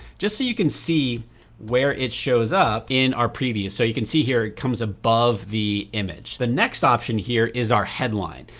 just so you can see where it shows up in our preview, so you can see here it comes above the image. the next option here is our headline.